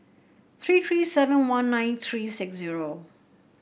three three seven one nine three six zero